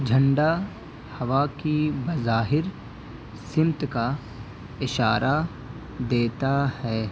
جھنڈا ہوا کی بظاہر سمت کا اشارہ دیتا ہے